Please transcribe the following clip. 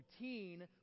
routine